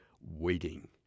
waiting